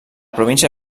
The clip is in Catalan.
província